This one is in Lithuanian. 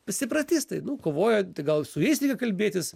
separatistai nu kovoja gal ir su jais reikia kalbėtis